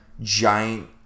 giant